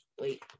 Wait